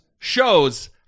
shows